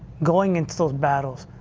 going into those battles,